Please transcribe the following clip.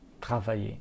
travailler